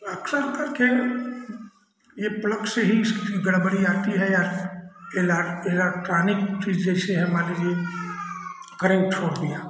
अक्सर करके ये प्लक से ही इसकी गड़बड़ी आती है या एला एलक्ट्रानिक चीज जैसे है मान लीजिए करंट छोड़ दिया